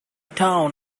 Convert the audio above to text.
down